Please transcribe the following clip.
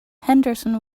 henderson